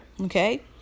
Okay